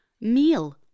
meal